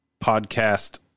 podcast